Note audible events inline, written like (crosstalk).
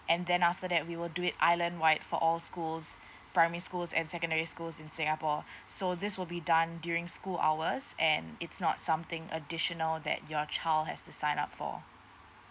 and then after that we will do it island wide for all schools primary schools and secondary schools in singapore (breath) so this will be done during school hours and it's not something additional that your child has to sign up for